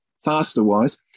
faster-wise